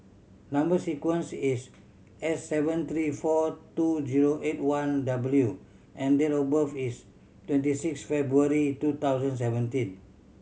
number sequence is S seven three four two zero eight one W and date of birth is twenty six February two thousand seventeen